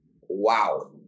wow